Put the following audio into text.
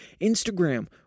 Instagram